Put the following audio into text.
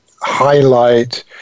highlight